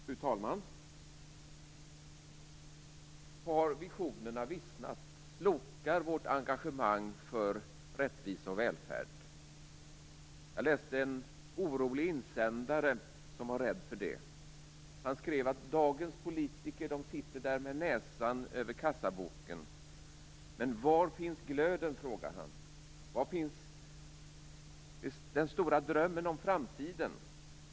Fru talman! Har visionerna vissnat? Slokar vårt engagemang för rättvisa och välfärd? Jag läste en orolig insändare från en man som var rädd för det. Han skrev att dagens politiker sitter där med näsan över kassaboken. Men var finns glöden, frågade han. Var finns den stora drömmen om framtiden?